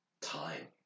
time